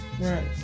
Right